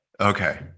Okay